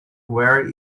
where